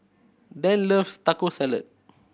Dane loves Taco Salad